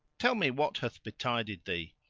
tell me what hath betided thee?